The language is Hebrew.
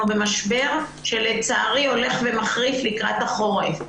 במשבר שלצערי ילך ויחמיר לקראת החורף.